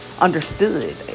understood